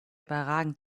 überragen